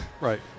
Right